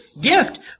gift